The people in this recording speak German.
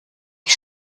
ich